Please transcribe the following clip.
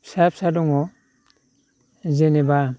फिसा फिसा दङ जेनेबा